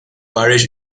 parish